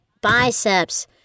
biceps